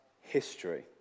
history